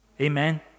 Amen